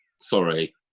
Sorry